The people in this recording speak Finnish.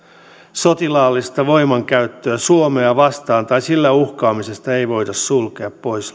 sotilaallista voimankäyttöä suomea vastaan tai sillä uhkaamista ei voida sulkea pois